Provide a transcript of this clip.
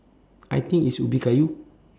I think it's ubi kayu